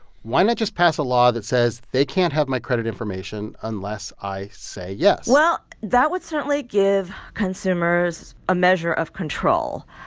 why not just pass a law that says they can't have my credit information unless i say yes? well, that would certainly give consumers a measure of control.